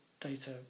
data